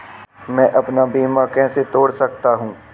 मैं अपना बीमा कैसे तोड़ सकता हूँ?